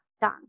done